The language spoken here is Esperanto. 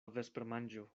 vespermanĝo